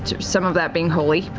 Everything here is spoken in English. some of that being holy. but